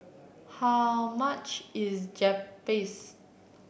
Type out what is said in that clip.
how much is Japchae